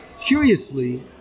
Curiously